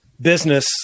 business